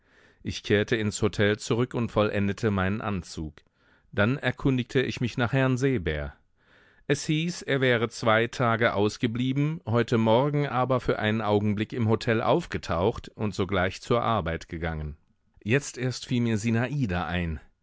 ich kehrte ins hotel zurück und vollendete meinen anzug dann erkundigte ich mich nach herrn seebär es hieß er wäre zwei tage ausgeblieben heute morgen aber für einen augenblick im hotel aufgetaucht und sogleich zur arbeit gegangen jetzt erst fiel mir sinada ein